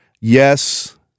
yes